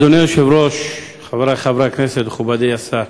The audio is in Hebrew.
אדוני היושב-ראש, חברי חברי הכנסת, מכובדי השר,